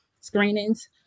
screenings